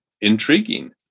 intriguing